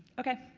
okay.